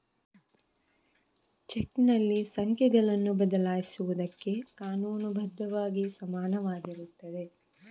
ಚೆಕ್ನಲ್ಲಿ ಸಂಖ್ಯೆಗಳನ್ನು ಬದಲಾಯಿಸುವುದಕ್ಕೆ ಕಾನೂನು ಬದ್ಧವಾಗಿ ಸಮಾನವಾಗಿರುತ್ತದೆ